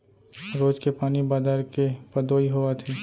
रोज के पानी बादर के पदोई होवत हे